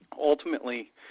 ultimately